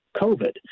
COVID